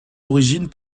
origines